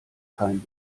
kein